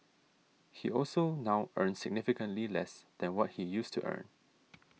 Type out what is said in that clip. he also now earns significantly less than what he used to earn